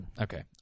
Okay